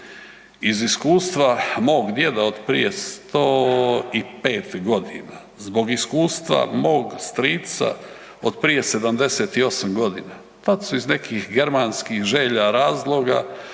iz iskustva mog djeda od prije 105.g., zbog iskustva mog strica od prije 78.g., tad su iz nekih germanskih želja, razloga